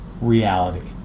reality